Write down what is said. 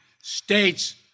States